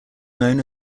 known